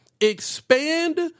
expand